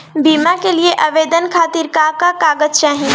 बीमा के लिए आवेदन खातिर का का कागज चाहि?